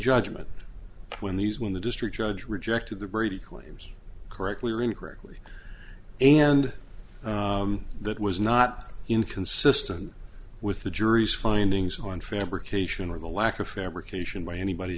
judgment when these when the district judge rejected the brady claims correctly or incorrectly and that was not inconsistent with the jury's findings on fabrication or the lack of fabric ation by anybody